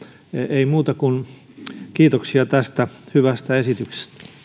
ei muuta kuin kiitoksia tästä hyvästä esityksestä